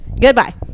Goodbye